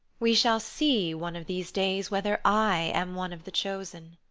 we shall see, one of these days, whether i am one of the chosen.